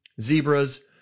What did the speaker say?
zebras